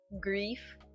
grief